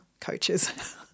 coaches